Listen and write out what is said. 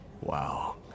Wow